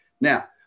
Now